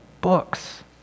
books